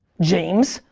james.